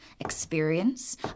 Experience